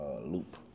loop